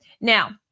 Now